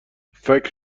فکر